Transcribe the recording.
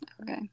Okay